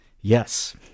Yes